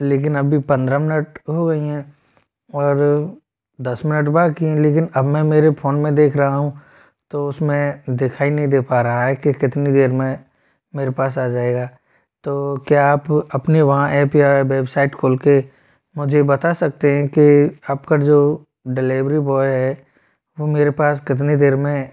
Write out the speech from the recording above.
लेकिन अभी पन्द्रह मिनट हो गई है और दस मिनट बाकी हैं लेकिन अब मैं मेरे फोन में देख रहा हूँ तो उसमें दिखाई नहीं दे पा रहा है कि कितनी देर में मेरे पास आ जाएगा तो क्या आप अपने वहाँ ऐप या वेबसाइट खोल कर मुझे बता सकते हैं कि आपका जो डेलेवरी बॉय है वो मेरे पास कितनी देर में